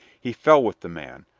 he fell with the man,